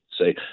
say